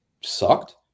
sucked